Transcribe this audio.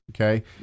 Okay